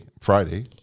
friday